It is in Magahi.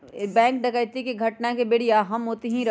बैंक डकैती के घटना के बेरिया हम ओतही रही